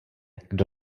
kdo